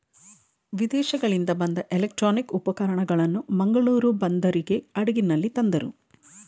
ವಿದೇಶಗಳಿಂದ ಬಂದ ಎಲೆಕ್ಟ್ರಾನಿಕ್ ಉಪಕರಣಗಳನ್ನು ಮಂಗಳೂರು ಬಂದರಿಗೆ ಹಡಗಿನಲ್ಲಿ ತಂದರು